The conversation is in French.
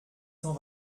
cent